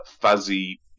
fuzzy